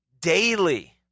daily